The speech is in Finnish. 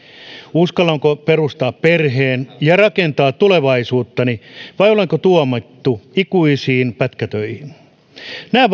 uskallanko perustaa perheen ja rakentaa tulevaisuuttani vai olenko tuomittu ikuisiin pätkätöihin nämä